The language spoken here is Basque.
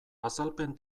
azalpen